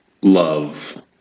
love